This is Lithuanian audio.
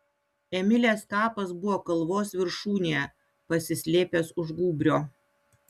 emilės kapas buvo kalvos viršūnėje pasislėpęs už gūbrio